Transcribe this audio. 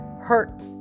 hurt